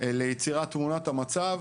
ליצירת תמונת המצב.